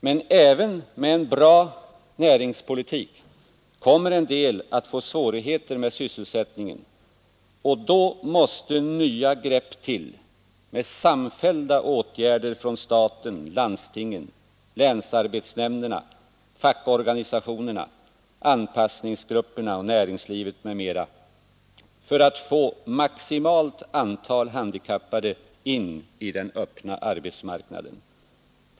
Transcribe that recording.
Men även med en bra näringspolitik kommer en del att få svårigheter med sysselsättningen, och då måste nya grepp till med samfällda åtgärder från staten, landstingen, länsarbetsnämnderna, fackorganisationerna, anpassningsgrupperna, näringslivet, m.m., för att få maximalt antal handikappade in på den öppna arbetsmarknaden.